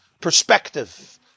perspective